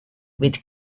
with